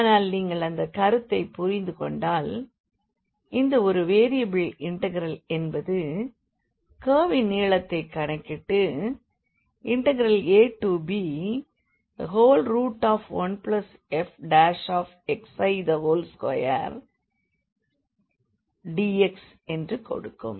ஆனால் நீங்கள் அந்த கருத்தை புரிந்து கொண்டால் இந்த ஒரு வேரியபிள் இண்டெக்ரல் என்பது கர்வின் நீளத்தை கணக்கிட்டு ab1fx2dx என்று கொடுக்கும்